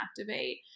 activate